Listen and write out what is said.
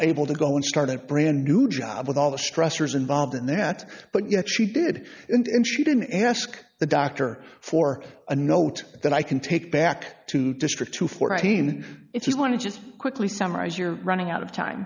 able to go and start that brand new job with all the stressors involved in that but yet she did and she didn't ask the doctor for a note that i can take back to district to fourteen if you want to just quickly summarize you're running out of time